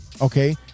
Okay